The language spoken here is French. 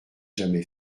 jamais